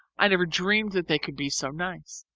i never dreamed they could be so nice.